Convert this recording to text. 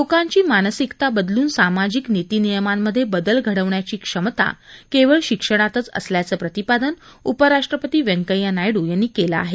लोकांची मानसिकता बदलून सामाजिक नितीनियमांमधे बदल घडवण्याची क्षमता केवळ शिक्षणातच असल्याचं प्रतिपादन उपराष्ट्रपती व्यंकय्या नायडू यांनी केलं आहे